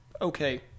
okay